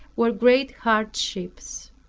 were great hardships.